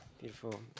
Beautiful